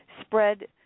spread